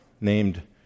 named